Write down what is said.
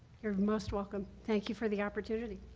you are most welcome. thank you for the opportunity.